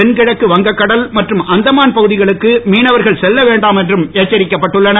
தென்கிழக்கு வங்கக் கடல் மற்றும் அந்தமான் பகுதிகளுக்கு மீனவர்கள் செல்ல வேண்டாம் என்றும் எச்சரிக்கப்பட்டுள்ளது